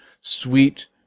sweet